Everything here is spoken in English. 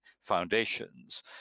foundations